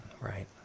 Right